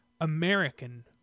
American